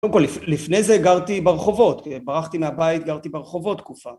קודם כל, לפני זה גרתי ברחובות, ברחתי מהבית, גרתי ברחובות תקופה.